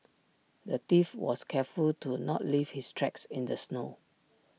the thief was careful to not leave his tracks in the snow